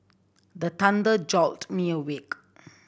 the thunder jolt me awake